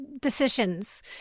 decisions